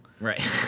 Right